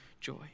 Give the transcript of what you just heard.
joy